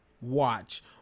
watch